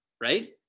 right